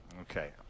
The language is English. Okay